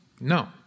No